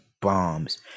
bombs